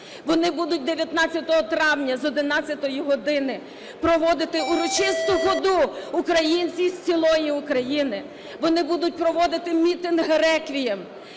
Вони будуть 19 травня з 11 години проводити урочисту ходу, українці з цілої України. Вони будуть проводити мітинг-реквієм,